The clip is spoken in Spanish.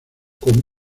con